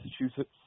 Massachusetts